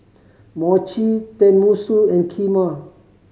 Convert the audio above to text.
Mochi Tenmusu and Kheema